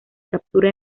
captura